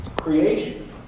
creation